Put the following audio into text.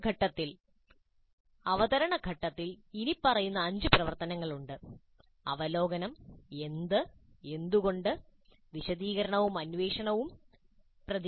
ആദ്യ ഘട്ടത്തിൽ അവതരണ ഘട്ടത്തിൽ ഇനിപ്പറയുന്ന അഞ്ച് പ്രവർത്തനങ്ങൾ ഉണ്ട് അവലോകനം എന്ത് എന്തുകൊണ്ട് വിശദീകരണവും അന്വേഷണവും പ്രതികരണം